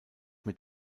mit